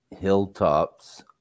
Hilltops